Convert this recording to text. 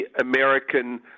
american